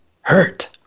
hurt